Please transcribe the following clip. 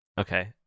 Okay